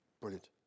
Brilliant